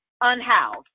unhoused